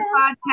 podcast